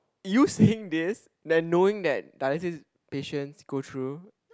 you sing this than knowing that dialysis patients go through